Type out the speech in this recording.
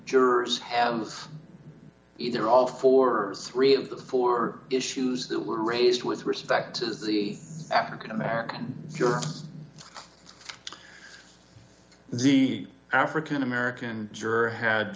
jurors have either all for three of the four issues that were raised with respect to the african american you're the african american juror had